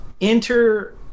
enter